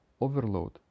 overload